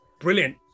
Brilliant